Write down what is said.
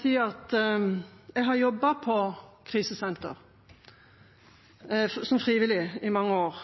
si at jeg har jobbet på krisesenter som frivillig i mange år.